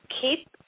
Keep